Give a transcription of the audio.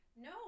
no